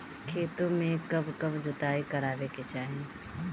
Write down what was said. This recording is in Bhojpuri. खेतो में कब कब जुताई करावे के चाहि?